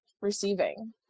receiving